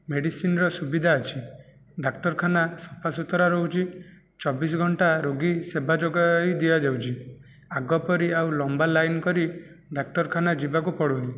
ମେଡିସିନର ସୁବିଧା ଅଛି ଡାକ୍ତରଖାନା ସଫାସୁତୁରା ରହୁଛି ଚବିଶ ଘଣ୍ଟା ରୋଗୀ ସେବା ଯୋଗାଇଦିଆଯାଉଛି ଆଗ ପରି ଆଉ ଲମ୍ବା ଲାଇନ୍ କରି ଡାକ୍ତରଖାନା ଯିବାକୁ ପଡ଼ୁନାହିଁ